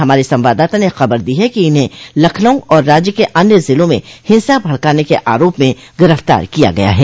हमारे संवाददाता ने खबर दी है कि इन्हें लखनऊ और राज्य के अन्य जिलों में हिंसा भड़काने के आरोप में गिरफ्तार किया गया है